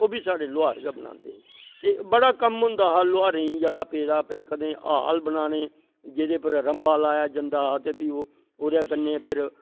ओह्ॅबी साढ़ै लुहार गै बनांदे ते बड़ा कम्म होंदा हा लुहारें जेह्ड़ा पेदा भाई कदें हल्ल बनाने जेह्दे पर रम्बां लाया जंदा हा ते फ्ही ओह् ओह्दै कन्नै फिर